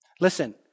Listen